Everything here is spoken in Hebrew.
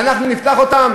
ואנחנו נפתח אותם?